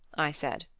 i said.